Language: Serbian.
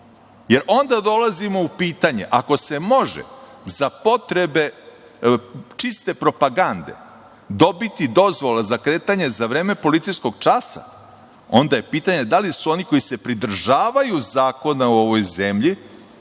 Jer, onda dolazimo u pitanje, ako se može za potrebe čiste propagande dobiti dozvola za kretanje za vreme policijskog časa, onda je pitanje da li su oni koji se pridržavaju zakona u ovoj zemlji